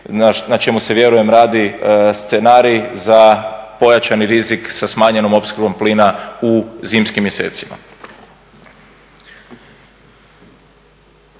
na čemu se vjerujem radi scenarij za pojačani rizik sa smanjenom opskrbom plina u zimskim mjesecima.